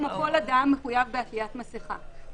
כמו כל אדם, מחויב בעטיית מסיכה.